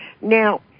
Now